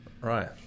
right